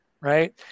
right